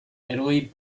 italy